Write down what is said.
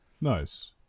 Nice